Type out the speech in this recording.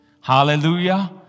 Hallelujah